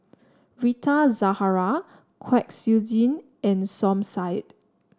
Rita Zahara Kwek Siew Jin and Som Said